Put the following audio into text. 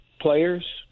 players